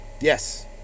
yes